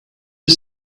you